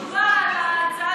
ששרים יציגו תשובה על ההצעה,